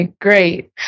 great